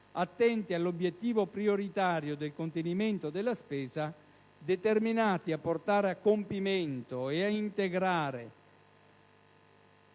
attenti all'obiettivo prioritario del contenimento della spesa e determinati a portare a compimento e ad integrare